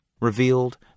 revealed